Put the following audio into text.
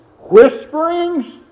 whisperings